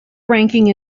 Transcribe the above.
ranking